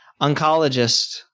oncologist